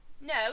No